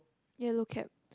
yellow cap